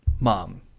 mom